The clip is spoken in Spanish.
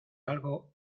algo